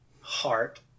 heart